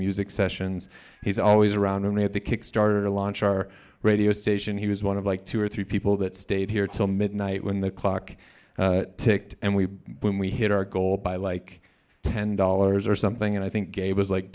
music sessions he's always around me at the kickstarter launch our radio station he was one of like two or three people that stayed here till midnight when the clock ticked and we when we hit our goal by like ten dollars or something and i think